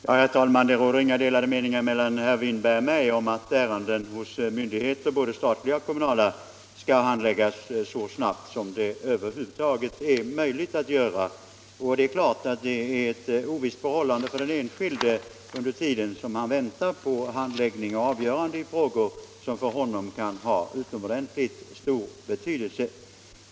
Herr talman! Det råder inga delade meningar mellan herr Winberg och mig om att ärenden hos myndigheter — både statliga och kommunala — skall handläggas så snabbt som det över huvud taget är möjligt. Det är klart att det är ett ovisst förhållande för den enskilde under tiden som han väntar på handläggning och avgörande i frågor som för honom kan ha utomordentligt stor betydelse.